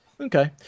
Okay